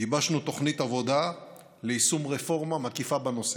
גיבשנו תוכנית עבודה ליישום רפורמה מקיפה בנושא.